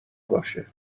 باشه